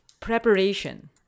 Preparation